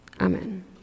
Amen